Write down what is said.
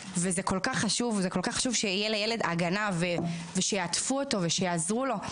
וזה כל כך חשוב שתהיה לילד הגנה ושיעטפו אותו ושיעזרו לו.